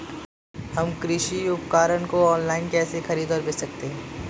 हम कृषि उपकरणों को ऑनलाइन कैसे खरीद और बेच सकते हैं?